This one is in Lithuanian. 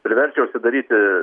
priverčia užsidaryti